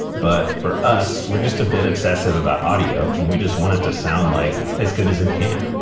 but for us, we're just a bit obsessive about audio and we just want it to sound like as good as it can